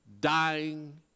dying